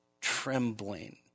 trembling